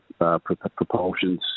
propulsions